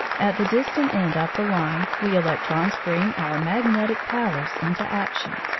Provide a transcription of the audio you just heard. at the distant end of the line we electrons bring our magnetic powers into action.